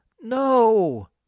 No